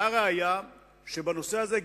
והראיה היא שבנושא הזה,